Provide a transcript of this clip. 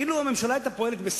אילו פעלה הממשלה בשכל,